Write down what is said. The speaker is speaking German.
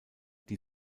die